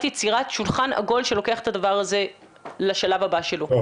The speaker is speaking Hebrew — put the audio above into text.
יצירת שולחן עגול שלוקח את הדבר הזה לשלב הבא שלו.